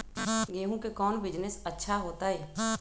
गेंहू के कौन बिजनेस अच्छा होतई?